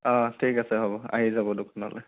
অ ঠিক আছে হ'ব আহি যাব দোকানলৈ